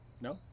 no